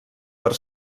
per